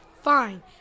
Fine